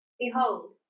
Behold